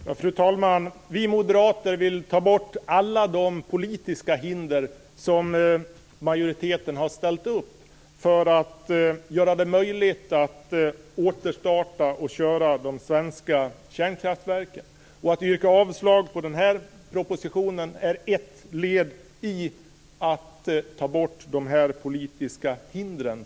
Fru talman! För att det ska bli möjligt att återskapa och driva de svenska kärnkraftverken vill vi moderater ta bort alla de politiska hinder som majoriteten har ställt upp. Att yrka avslag på propositionen är ett led i att ta bort dessa politiska hinder.